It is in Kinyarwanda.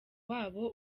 wabo